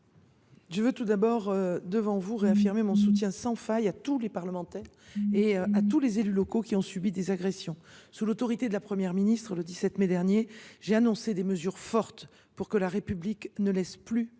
les sénateurs, je tiens à réaffirmer mon soutien sans faille à tous les parlementaires et à tous les élus locaux qui ont subi des agressions. Sous l’autorité de la Première ministre, le 17 mai dernier, j’ai annoncé des mesures fortes pour que la République ne laisse plus